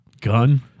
Gun